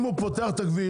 אם הוא פותח את הכביש,